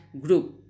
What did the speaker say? group